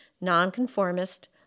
nonconformist